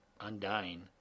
undying